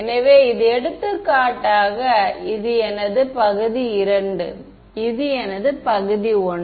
எனவே இது எடுத்துக்காட்டாக இது எனது பகுதி II இது எனது பகுதி I